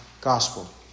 gospel